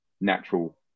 natural